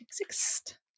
exist